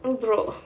no bro